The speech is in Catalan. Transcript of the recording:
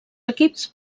equips